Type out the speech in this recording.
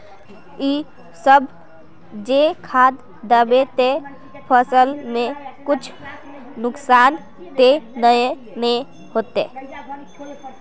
इ सब जे खाद दबे ते फसल में कुछ नुकसान ते नय ने होते